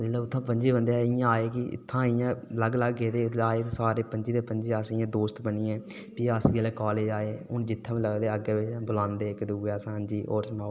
पं'जी बंदे अस इ'यां आए कि उत्थूं अस लग्ग गेदे हे ते जिसलै आए ते पं'जी दे अस दोस्त बनियै फ्ही जिसलै अस कॉलेज आए ते जित्थै बी लभदे बुलाने इक दूए गी